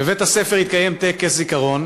בבית-הספר התקיים טקס זיכרון,